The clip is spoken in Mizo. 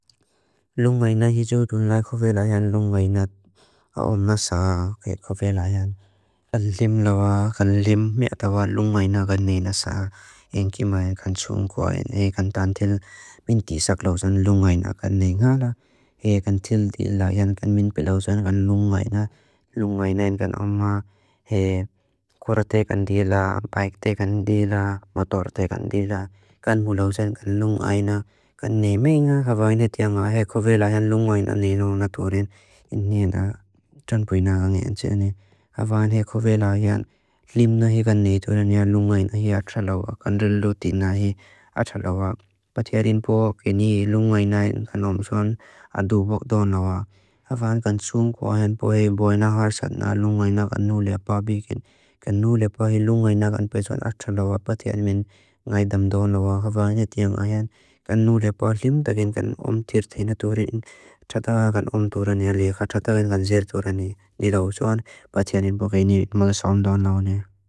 Luŋaina hiju dũn lai xovela jan luŋaina aon nasa ke xovela jan. Kallim lawa, kallim miatawa luŋaina gani nasa. Enki maen kan tsuŋkua en e kan tāntil min tisa klausan luŋaina kani nga la. E kan tildi la jan kan min pilausan kan luŋaina. Luŋaina en kan ama e kwerate kan dila, paikte kan dila, matorte kan dila. Kan mulausan kan luŋaina. Kan ne miŋa xovela jan luŋaina ni luŋaina tōren. Ni nda tōn puina kani jan tōren. Xovela jan kallim nahi kan ni tōren. Luŋaina hi atxalawa. Kan rilutina hi atxalawa. Patia rin pua. Ke ni luŋaina kan omson a dũpok dũnawa. Xovela kan tsuŋkua jan pua. Boina xarsat na luŋaina kan nulea pāpikin. Kan nulea pua. Luŋaina hi atxalawa. Patia rin pua. Patia rin pua. Ke ni luŋaina kan atxalawa. Xovela kan tsuŋkua jan pua. Ke ni luŋaina kan atxalawa.